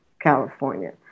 California